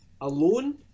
alone